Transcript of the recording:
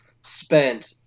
spent